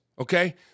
Okay